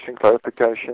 clarification